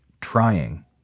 trying